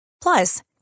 Plus